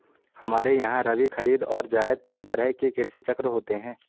हमारे यहां रबी, खरीद और जायद तीन तरह के कृषि चक्र होते हैं